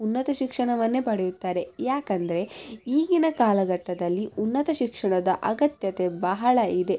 ಉನ್ನತ ಶಿಕ್ಷಣವನ್ನೇ ಪಡೆಯುತ್ತಾರೆ ಯಾಕಂದರೆ ಈಗಿನ ಕಾಲಘಟ್ಟದಲ್ಲಿ ಉನ್ನತ ಶಿಕ್ಷಣದ ಅಗತ್ಯತೆ ಬಹಳ ಇದೆ